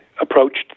approached